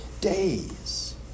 days